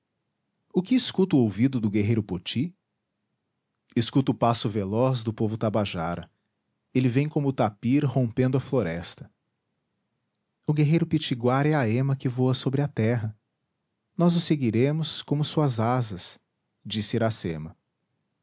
o que escuta o ouvido do guerreiro poti escuta o passo veloz do povo tabajara ele vem como o tapir rompendo a floresta o guerreiro pitiguara é a ema que voa sobre a terra nós o seguiremos como suas asas disse iracema